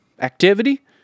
activity